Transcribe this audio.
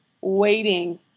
waiting